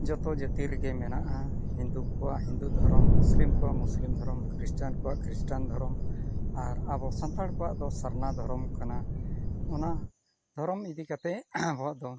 ᱡᱚᱛᱚ ᱡᱟᱛᱤ ᱨᱮᱜᱮ ᱢᱮᱱᱟᱜᱼᱟ ᱦᱤᱱᱫᱩ ᱠᱚᱣᱟᱜ ᱦᱤᱱᱫᱩ ᱫᱷᱚᱨᱚᱢ ᱢᱩᱥᱤᱢ ᱠᱚᱣᱟᱜ ᱢᱩᱥᱞᱤᱢ ᱫᱷᱚᱨᱚᱢ ᱠᱷᱨᱤᱥᱴᱟᱱ ᱠᱚᱣᱟᱜ ᱠᱷᱨᱤᱥᱴᱟᱱ ᱫᱷᱚᱨᱚᱢ ᱟᱨ ᱟᱵᱚ ᱥᱟᱱᱛᱟᱲ ᱠᱚᱣᱟᱜ ᱫᱚ ᱥᱟᱨᱱᱟ ᱫᱷᱚᱨᱚᱢ ᱠᱟᱱᱟ ᱚᱱᱟ ᱫᱷᱚᱨᱚᱢ ᱤᱫᱤ ᱠᱟᱛᱮᱫ ᱟᱵᱚᱣᱟᱜ ᱫᱚ